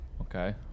Okay